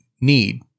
need